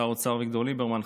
שר האוצר אביגדור ליברמן,